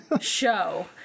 show